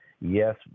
Yes